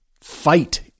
fight